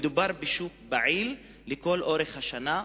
מדובר בשוק פעיל כל השנה,